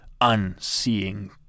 unseeing